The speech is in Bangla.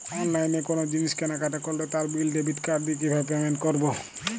অনলাইনে কোনো জিনিস কেনাকাটা করলে তার বিল ডেবিট কার্ড দিয়ে কিভাবে পেমেন্ট করবো?